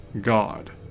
God